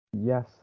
Yes